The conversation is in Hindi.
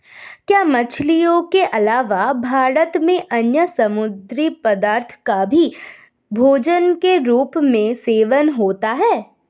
क्या मछलियों के अलावा भारत में अन्य समुद्री पदार्थों का भी भोजन के रूप में सेवन होता है?